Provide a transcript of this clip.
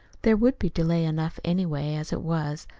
there would be delay enough, anyway, as it was.